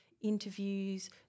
interviews